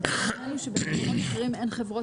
העניין הוא שבמקומות אחרים אין חברות